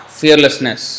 fearlessness